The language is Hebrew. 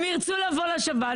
הם ירצו לבוא לשב"ן,